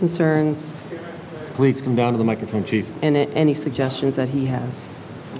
concerns please come down to the microphone chief and any suggestions that he has